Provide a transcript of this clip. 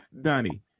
Donnie